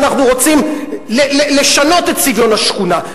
אנחנו רוצים לשנות את צביון השכונה,